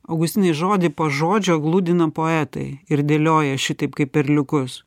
augustinai žodį po žodžio gludina poetai ir dėlioja šitaip kaip perliukus